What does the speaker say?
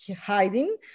hiding